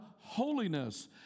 holiness